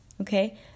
Okay